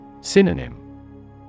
Synonym